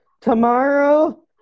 tomorrow